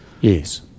Yes